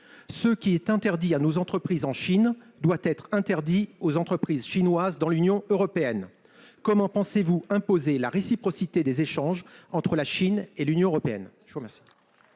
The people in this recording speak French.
Ce qui est interdit à nos entreprises en Chine doit être interdit aux entreprises chinoises dans l'Union européenne. Comment pensez-vous imposer la réciprocité des échanges entre la Chine et l'Union européenne ?